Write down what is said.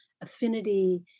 affinity